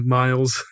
miles